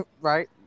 right